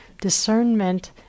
Discernment